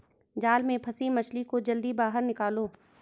जाल में फसी मछली को जल्दी बाहर निकालो